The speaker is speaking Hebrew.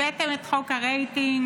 הבאתם את חוק הרייטינג,